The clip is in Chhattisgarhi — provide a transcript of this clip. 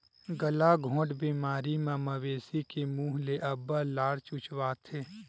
गलाघोंट बेमारी म मवेशी के मूह ले अब्बड़ लार चुचवाथे